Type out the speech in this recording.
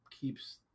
keeps